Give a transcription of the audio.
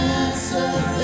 answer